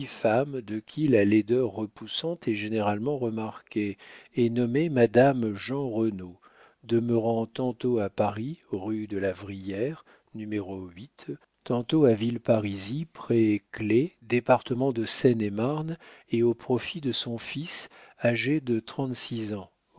de qui la laideur repoussante est généralement remarquée et nommée madame jeanrenaud demeurant tantôt à paris rue de la vie n tantôt à villeparisis près claye département de seine-et-marne et au profit de son fils âgé de trente-six ans